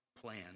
plan